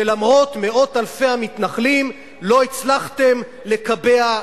שלמרות מאות אלפי המתנחלים לא הצלחתם לקבע,